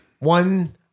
One